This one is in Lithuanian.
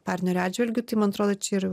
partnerio atžvilgiu tai man atrodo čia ir